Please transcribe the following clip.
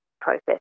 process